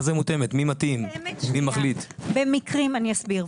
אני אסביר.